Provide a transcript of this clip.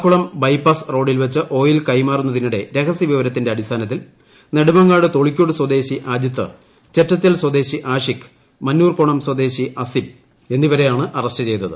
Akkulam bypass റോഡിൽ വച്ച് oil കൈമാറുന്നതിനിടെ രഹസ്യവിവരത്തിന്റെ അടിസ്ഥാനത്തിൽ നെടുമങ്ങാട് തൊളിക്കോട് സ്വദേശി അജിത്ത് ചെറ്റച്ചൽ സ്വദേശി ആഷിക് മന്നൂർക്കോണം സ്വദേശി അസിം എന്നിവരെയാണ് അറസ്റ്റ് ചെയ്തത്